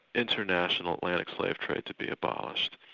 international atlantic slave trade to be abolished.